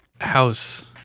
house